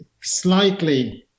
slightly